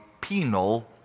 penal